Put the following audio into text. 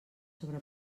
sobre